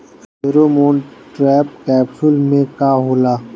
Pheromone trap capsule में का होला?